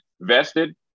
vested